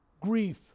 grief